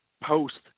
post